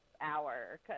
hour